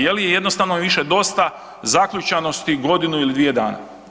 Je li, jednostavno više dosta zaključanosti godinu ili dvije dana.